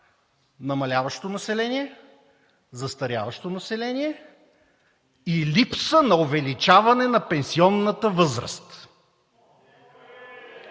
намаляващо население, застаряващо население и липса на увеличаване на пенсионната възраст.